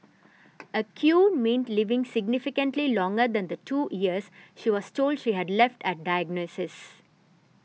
a cure meant living significantly longer than the two years she was told she had left at diagnosis